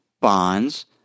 bonds